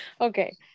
Okay